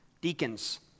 Deacons